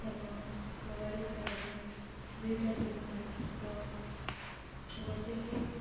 ଏବଂ କବାଡ଼ି ଖେଳରେ ଦୁଇଟା ଟିମ୍ ଥାଏ ତ ଗୋଟେ ଟିମ୍